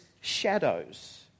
shadows